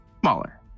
Smaller